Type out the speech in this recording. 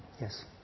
Yes